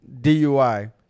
dui